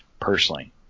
personally